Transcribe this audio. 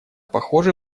похоже